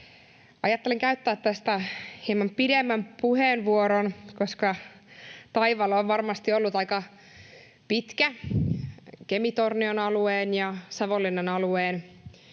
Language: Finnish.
Ajattelin käyttää tästä hieman pidemmän puheenvuoron, koska taival on varmasti ollut aika pitkä Kemi-Tornion alueen ja Savonlinnan alueen